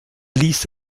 ließ